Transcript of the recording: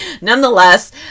nonetheless